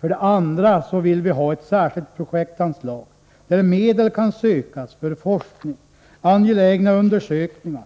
För det andra vill vi ha ett särskilt projektanslag där medel kan sökas för forskning, angelägna förundersökningar